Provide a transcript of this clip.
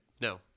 No